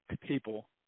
people